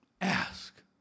ask